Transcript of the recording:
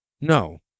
No